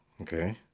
Okay